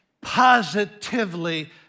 positively